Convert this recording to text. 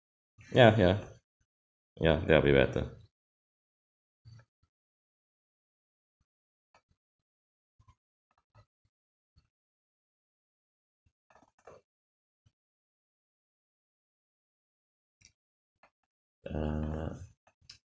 ya ya ya that'll be better err